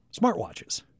smartwatches